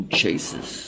chases